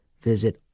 Visit